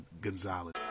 gonzalez